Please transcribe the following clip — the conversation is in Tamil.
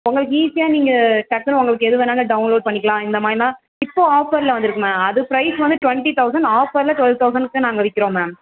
உங்களுக்கு ஈஸியாக நீங்கள் டக்குன்னு உங்களுக்கு எது வேணுனாலும் டவுன்லோட் பண்ணிக்கலாம் இந்தமாதிரின்னா இப்போது ஆஃபரில் வந்திருக்கு மேம் அது ப்ரைஸ் வந்து டுவென்ட்டி தவுசண்ட் ஆஃபரில் டுவெல் தவுசண்ட்க்கு தான் நாங்கள் விற்கிறோம் மேம்